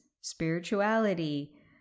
spirituality